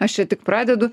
aš čia tik pradedu